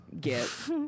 get